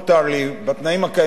בתנאים הקיימים היום,